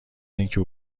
اینکه